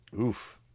Oof